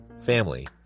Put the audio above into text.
family